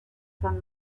son